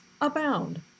abound